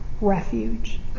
refuge